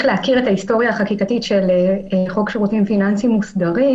ההיסטוריה החקיקתית של חוק שירותים פיננסיים מוסדרים